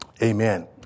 Amen